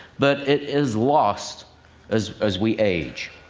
but it is lost as as we age.